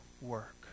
work